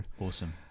awesome